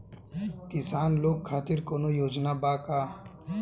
किसान लोग खातिर कौनों योजना बा का?